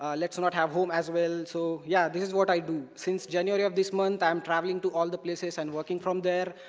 ah let's not have home as well, so yeah, this is what i do. since january of this month, i'm traveling to all the places and working from there.